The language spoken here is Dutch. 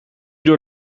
door